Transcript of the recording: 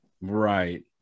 Right